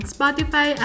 Spotify